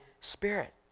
Spirit